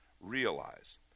realize